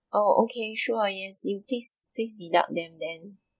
oh okay sure yes could you please please deduct them then